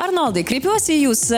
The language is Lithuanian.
arnoldai kreipiuosi į jus